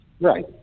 Right